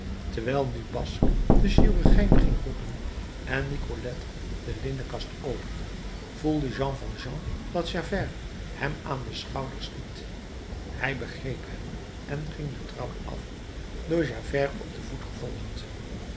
terwijl nu basque den chirurgijn ging roepen en nicolette de linnenkast opende voelde jean valjean dat javert hem aan den schouder stiet hij begreep hem en ging de trap af door javert op den voet gevolgd